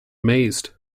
amazed